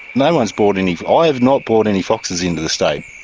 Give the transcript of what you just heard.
no one's brought any, i have not brought any foxes into the state.